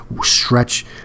stretch